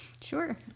sure